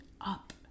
up